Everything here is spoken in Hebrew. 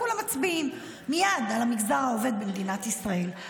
כולם מצביעים מייד על המגזר העובד במדינת ישראל.